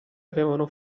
avevano